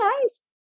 nice